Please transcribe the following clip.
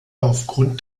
aufgrund